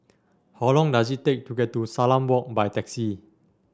how long does it take to get to Salam Walk by taxi